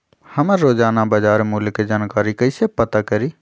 हम रोजाना बाजार मूल्य के जानकारी कईसे पता करी?